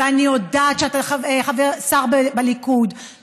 ואני יודעת שאתה שר בליכוד,